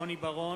נגד רוני בר-און,